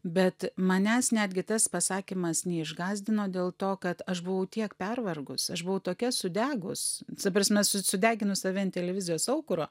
bet manęs netgi tas pasakymas neišgąsdino dėl to kad aš buvau tiek pervargus aš buvau tokia sudegus ta prasme su sudeginus save ant televizijos aukuro